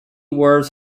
wears